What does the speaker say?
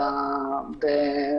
תחת